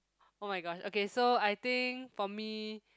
oh-my-god okay so I think for me